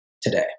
today